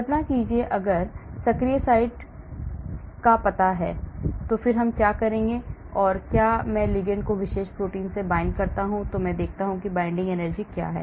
कल्पना कीजिए अगर सक्रिय साइट को पता है कि मैं क्या करूं तो क्या मैं लिगंड को विशेष प्रोटीन से बांधता हूं और मैं देखता हूं कि binding energy क्या है